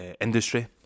industry